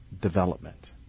development